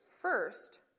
First